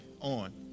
on